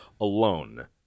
alone